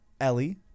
Ellie